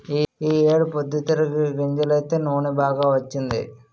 ఈ ఏడు పొద్దుతిరుగుడు గింజలేస్తే నూనె బాగా వచ్చింది